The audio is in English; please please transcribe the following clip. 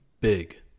big